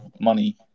money